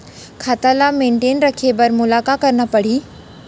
खाता ल मेनटेन रखे बर मोला का करना पड़ही?